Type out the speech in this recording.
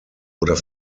oder